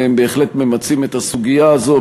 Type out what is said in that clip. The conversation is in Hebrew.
והם בהחלט ממצים את הסוגיה הזו.